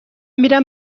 میرم